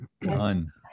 done